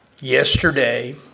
Yesterday